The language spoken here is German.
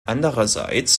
andererseits